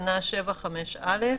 בהתאם למספר השוהים המותר כאמור בתקנה 8(א)